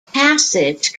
passage